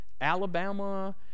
Alabama